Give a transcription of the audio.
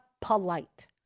polite